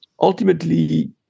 Ultimately